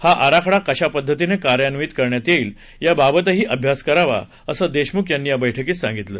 हा आराखडा कशा पद्धतीनं कार्यान्वित करण्यात येईल या बाबतही अभ्यास करावा असं देशमुख यांनी या बर्क्कीत सांगितलं